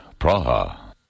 Praha